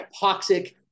hypoxic